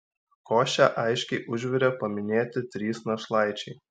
košę aiškiai užvirė paminėti trys našlaičiai